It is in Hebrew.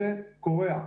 בקוריאה.